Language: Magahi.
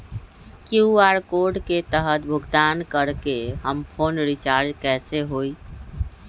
कियु.आर कोड के तहद भुगतान करके हम फोन रिचार्ज कैसे होई?